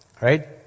Right